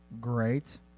Great